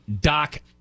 doc